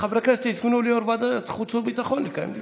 חברי הכנסת ייפנו ליו"ר ועדת החוץ והביטחון לקיים דיון.